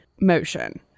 motion